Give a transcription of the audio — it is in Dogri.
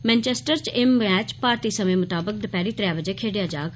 मैनचेस्टर च एह मैच भारती समें मताबक दपैहरी त्रै बजे खेड्डेआ जाग